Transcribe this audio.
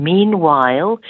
Meanwhile